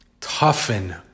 toughen